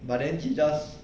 but then he just